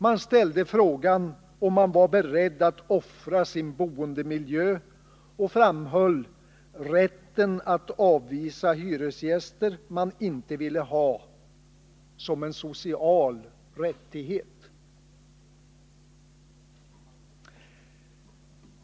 Man ställde frågan om de berörda var beredda att offra sin boendemiljö och framhöll rätten att avvisa hyresgäster man inte ville ha som en social rättighet!